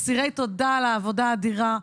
אסירי תודה על העבודה האדירה,